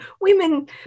Women